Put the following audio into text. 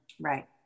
right